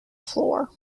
floor